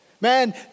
Man